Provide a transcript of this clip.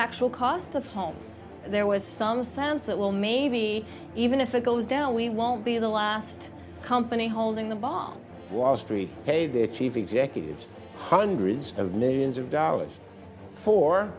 actual cost of homes there was some sounds that well maybe even if it goes down we won't be the last company holding the bomb wall street pay their chief executives hundreds of millions of dollars for